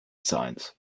science